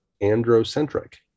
androcentric